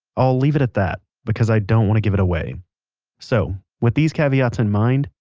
i'll leave it at that, because i don't want to give it away so, with these caveats in mind,